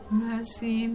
mercy